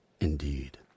Indeed